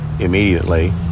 immediately